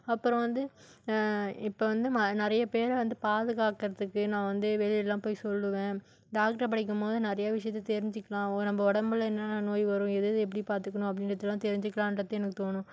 அப்புறம் வந்து இப்போ வந்து ம நிறைய பேரை வந்து பாதுக்காக்கிறதுக்கு நான் வந்து வெளிலெலாம் போய் சொல்லுவேன் டாக்ட்ரு படிக்கும்போது நிறைய விஷயத்தை தெரிஞ்சுக்கிலாம் நம்ம உடம்பில் என்னென்ன நோய் வரும் எது எது எப்படி பார்த்துக்கணும் அப்படின்றதுலாம் தெரிஞ்சுக்கிலான்றது எனக்கு தோணும்